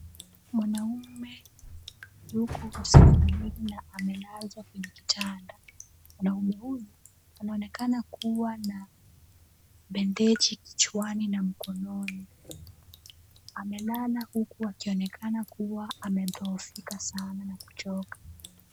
Mwanaume yuko hospitalini na amelazwa kwenye kitanda. Mwanaume huyu anaonekana kuwa na bendeji kichwani na mkononi. Amelala huku akionekana kuwa amedhoofika sana na kuchoka.